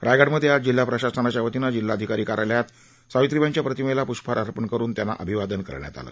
रायगडमधे आज जिल्हा प्रशासनाच्यावतीनं जिल्हाधिकारी कार्यालयात सावित्रीबाईंच्या प्रतिमेला प्ष्पहार अर्पण करून त्यांना अभिवादन केलं